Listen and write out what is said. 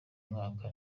mwaka